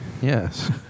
Yes